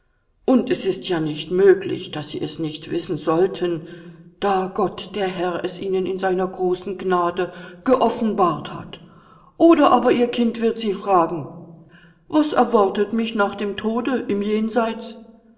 und es ist ja nicht möglich daß sie es nicht wissen sollten da gott der herr es ihnen in seiner großen gnade geoffenbart hat oder aber ihr kind wird sie fragen was erwartet mich nach dem tode im jenseits